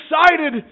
excited